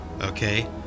Okay